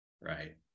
Right